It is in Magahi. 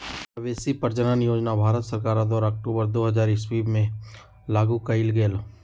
मवेशी प्रजजन योजना भारत सरकार द्वारा अक्टूबर दू हज़ार ईश्वी में लागू कएल गेल